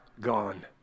gone